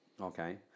Okay